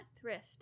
thrift